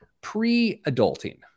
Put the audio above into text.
Pre-adulting